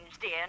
dear